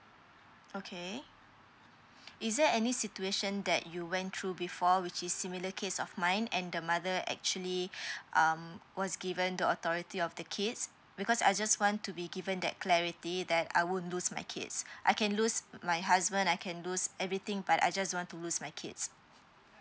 okay is there any situation that you went through before which is similar case of mine and the mother actually um was given the authority of the kids because I just want to be given that clarity that I won't lose my kids I can lose my husband I can lose everything but I just don't want lose my kids